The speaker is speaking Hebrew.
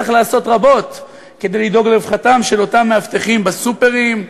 שצריך לעשות רבות כדי לדאוג לרווחתם של אותם מאבטחים בסופרים,